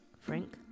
Frank